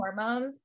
hormones